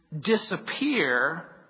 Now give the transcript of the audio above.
disappear